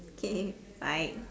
okay bye